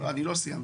לא סיימתי.